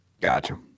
Gotcha